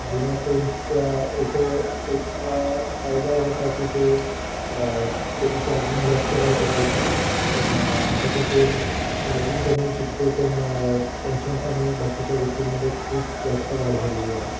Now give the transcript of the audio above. जुन्या फोन्सचा एक एक हा फायदा होता की तो त्याची चार्जिंग जास्त काळ टिकायची पण आताच्या फोन चार्जिंग कमी टिकते पण फंक्शन्स आणि बाकीच्या गोष्टींमध्ये खूप जास्त वाढ झालेली आहे